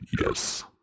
Yes